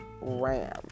ram